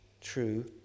true